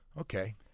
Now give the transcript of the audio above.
Okay